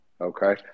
okay